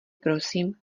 prosím